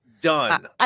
Done